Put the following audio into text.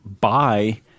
buy